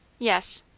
yes.